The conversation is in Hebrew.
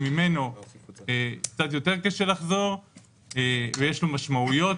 שממנו קצת יותר קשה לחזור ויש לו משמעויות,